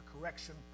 correction